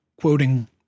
quoting